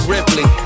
Ripley